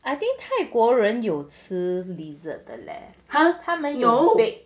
I think 泰国人有吃 lizard 的 leh 他们有 bake